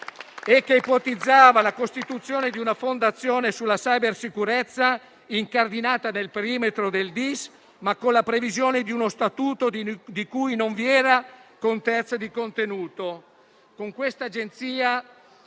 e che ipotizzava la costituzione di una fondazione sulla cybersicurezza, incardinata nel perimetro del DIS, ma con la previsione di uno statuto di cui non vi era contezza di contenuto.